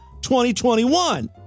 2021